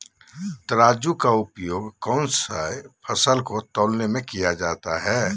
तराजू का उपयोग कौन सी फसल को तौलने में किया जाता है?